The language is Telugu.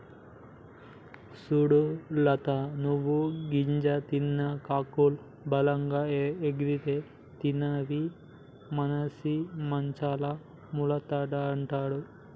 సూడు లత నువ్వు గింజ తిన్న కాకులు బలంగా ఎగిరితే తినని మనిసి మంచంల మూల్గతండాడు